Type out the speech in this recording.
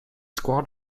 squad